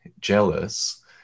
jealous